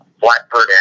Blackbird